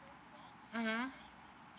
mmhmm